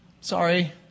Sorry